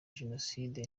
jenoside